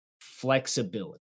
flexibility